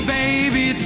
baby